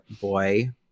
boy